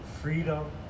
freedom